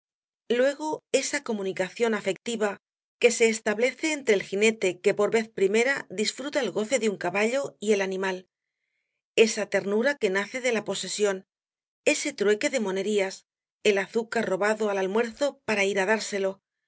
luego esa comunicación afectiva que se establece entre el jinete que por vez primera disfruta el goce de un caballo y el animal esa ternura que nace de la posesión ese trueque de monerías el azúcar robado al almuerzo para ir á dárselo